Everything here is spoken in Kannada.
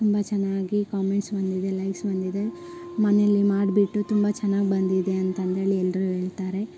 ತುಂಬ ಚೆನ್ನಾಗಿ ಕಾಮೆಂಟ್ಸ್ ಬಂದಿದೆ ಲೈಕ್ಸ್ ಬಂದಿದೆ ಮನೇಲಿ ಮಾಡಿಬಿಟ್ಟು ತುಂಬ ಚೆನ್ನಾಗ್ ಬಂದಿದೆ ಅಂತಂದೇಳಿ ಎಲ್ಲರೂ ಹೇಳ್ತಾರೆ